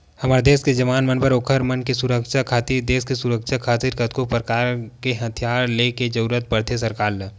हमर देस के जवान मन बर ओखर मन के सुरक्छा खातिर देस के सुरक्छा खातिर कतको परकार के हथियार ले के जरुरत पड़थे सरकार ल